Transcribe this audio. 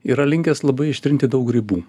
yra linkęs labai ištrinti daug ribų